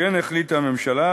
כמו כן החליטה הממשלה,